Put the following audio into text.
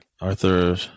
Arthur